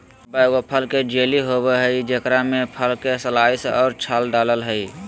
मुरब्बा एगो फल जेली होबय हइ जेकरा में फल के स्लाइस और छाल डालय हइ